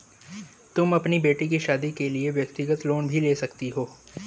तुम अपनी बेटी की शादी के लिए व्यक्तिगत लोन भी ले सकती हो